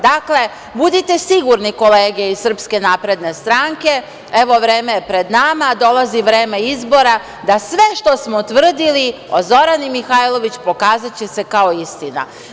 Dakle, budite sigurni, kolege iz Srpske napredne stranke, evo vreme je pred nama, a dolazi i vreme izbora da sve što smo tvrdili o Zorani Mihajlović pokazaće se kao istina.